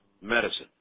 medicine